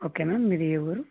okay ma'am మీది ఏ ఊరు